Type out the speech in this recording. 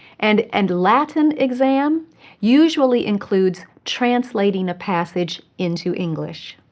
and and latin exam usually includes translating a passage into english.